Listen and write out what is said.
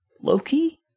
Loki